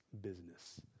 business